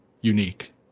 unique